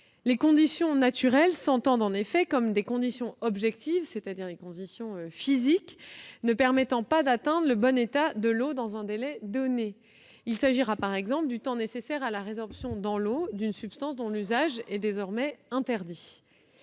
Les conditions naturelles s'entendent en effet comme des conditions objectives, c'est-à-dire des conditions physiques ne permettant pas d'atteindre le bon état de l'eau dans un délai donné. Il s'agira, par exemple, du temps nécessaire à la résorption dans l'eau d'une substance dont l'usage est désormais interdit.